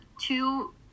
two